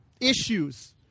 issues